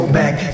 back